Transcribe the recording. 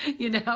you know,